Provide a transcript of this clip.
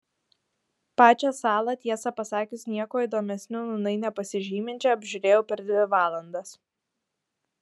pačią salą tiesą pasakius niekuo įdomesniu nūnai nepasižyminčią apžiūrėjau per dvi valandas